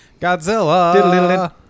Godzilla